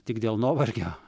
tik dėl nuovargio